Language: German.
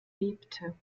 bebte